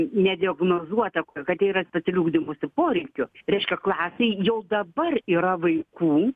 nediagnozuota kad jie yra specialių ugdymosi poreikių reiškia klasėj jau dabar yra vaikų